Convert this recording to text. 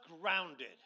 grounded